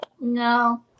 No